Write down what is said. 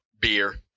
beer